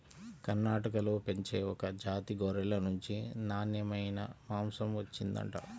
కర్ణాటకలో పెంచే ఒక జాతి గొర్రెల నుంచి నాన్నెమైన మాంసం వచ్చిండంట